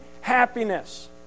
happiness